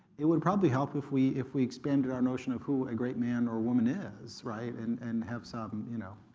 it would probably help if we if we expanded our notion of who a great man or woman is, right, and and have some you know